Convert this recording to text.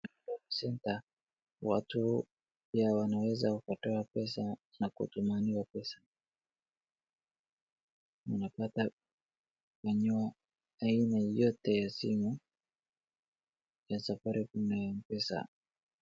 Huduma centre watu pia wanaweza wakatoa pesa na kutumaniwa pesa, wanapata aina yote ya simu ya safaricom na mpesa.